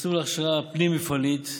מסלול הכשרה פנים-מפעלית,